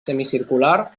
semicircular